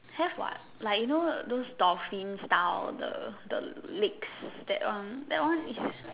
have what like you know those dolphin style the the legs that one that one is